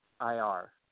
IR